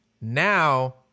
Now